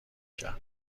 کرد